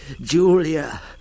Julia